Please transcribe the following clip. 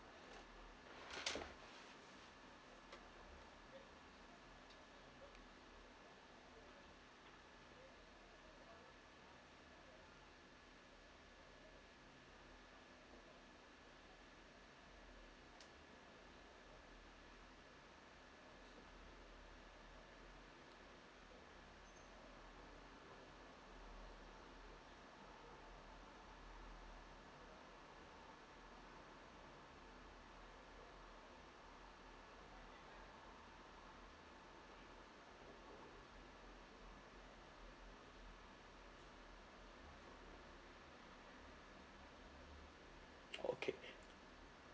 oh okay